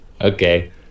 Okay